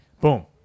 Boom